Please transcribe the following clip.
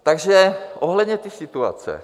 Takže ohledně té situace.